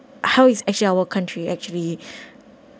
how is actually our country actually